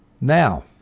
Now